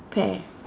pear